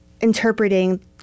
interpreting